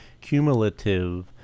cumulative